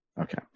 okay